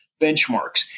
benchmarks